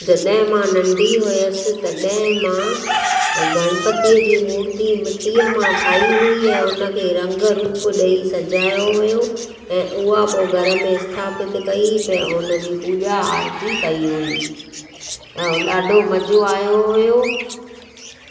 जॾहिं मां नंढी हुअसि तॾहिं मां गणपतिअ जी मूर्ती मिटीअ मां ठाही हुई ऐं उन खे रंगु रूप ॾेई सजायो हुओ ऐं उहा पोइ घर में स्थापित कई पै उन जी पूॼा आरिती कई हुई ऐं ॾाढो मज़ो आहियो हुओ